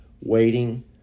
waiting